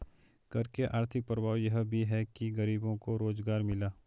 कर के आर्थिक प्रभाव यह भी है कि गरीबों को रोजगार मिला